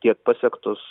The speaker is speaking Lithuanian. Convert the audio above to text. tiek pasiektus